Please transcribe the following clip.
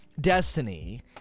Destiny